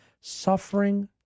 suffering